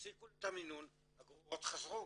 הפסיקו לי את המינון, הגרורות חזרו.